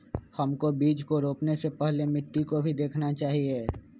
हमको बीज को रोपने से पहले मिट्टी को भी देखना चाहिए?